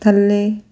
ਥੱਲੇ